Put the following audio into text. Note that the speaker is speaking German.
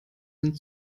sind